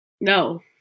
No